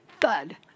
thud